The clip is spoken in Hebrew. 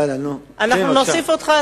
אנחנו נוסיף אותך.